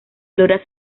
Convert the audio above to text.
flora